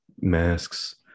masks